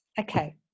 Okay